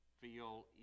feel